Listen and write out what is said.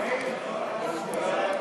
התשע"ז 2017,